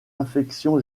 infection